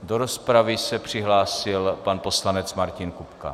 Do rozpravy se přihlásil pan poslanec Martin Kupka.